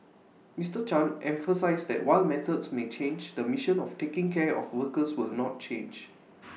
Mr chan emphasised that while methods may change the mission of taking care of workers will not change